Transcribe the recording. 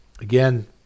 Again